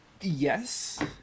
Yes